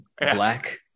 Black